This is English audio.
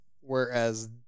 whereas